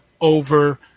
over